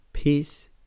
Peace